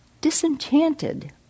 disenchanted